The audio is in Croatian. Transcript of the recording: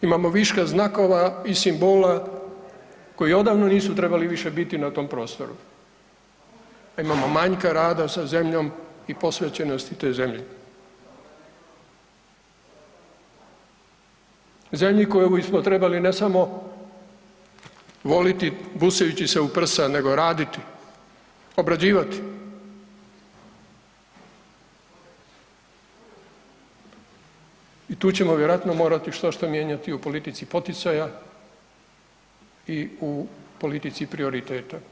Imamo viška znakova i simbola koji odavno nisu trebali više biti na tom prostoru, a imamo manjka rada sa zemljom i posvećenosti toj zemlji, zemlji koju smo trebali ne samo voliti busajući se u prsa nego raditi, obrađivati i tu ćemo vjerojatno morati štošta mijenjati u politici poticaja i u politici prioriteta.